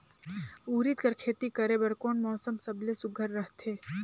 उरीद कर खेती करे बर कोन मौसम सबले सुघ्घर रहथे?